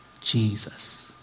Jesus